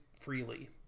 freely